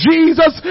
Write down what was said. Jesus